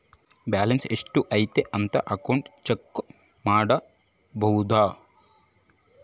balance ಎಷ್ಟ್ ಇದೆ ಅಂತ ಅಕೌಂಟ್ ಚೆಕ್ ಮಾಡಬೋದು